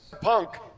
punk